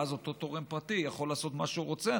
ואז אותו תורם פרטי יכול לעשות מה שהוא רוצה,